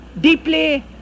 deeply